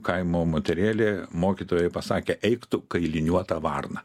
kaimo moterėlė mokytojui pasakė eik tu kailiniuota varna